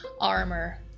Armor